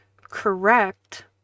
Correct